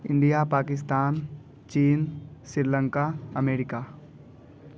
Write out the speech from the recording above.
India Pakistan चीन Sri Lanka America